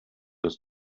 das